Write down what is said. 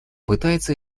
пытается